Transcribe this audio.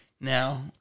now